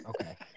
Okay